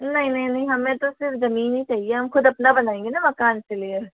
नहीं नहीं नहीं हमें तो सिर्फ जमीन ही चाहिए हम खुद अपना बनाएंगे ना मकान क्लियर